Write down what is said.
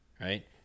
right